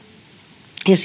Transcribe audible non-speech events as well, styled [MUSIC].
ja [UNINTELLIGIBLE]